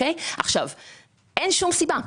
אין שום סיבה.